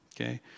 okay